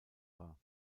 war